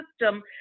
system